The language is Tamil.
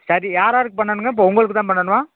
சரி யார் யாருக்கு பண்ணணுங்க இப்போ உங்களுக்கு தான் பண்ணணுமா